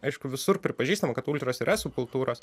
aišku visur pripažįstam kad ultros yra subkultūros